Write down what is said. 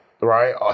right